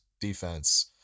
defense